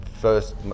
first